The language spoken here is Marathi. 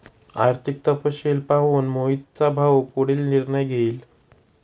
आर्थिक तपशील पाहून मोहितचा भाऊ पुढील निर्णय घेईल